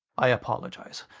i apologise.